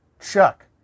Chuck